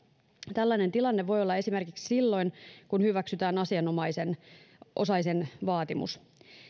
tällainen tilanne voi olla esimerkiksi silloin kun hyväksytään asianosaisen asianosaisen vaatimus